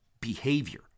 behavior